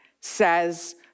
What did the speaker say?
says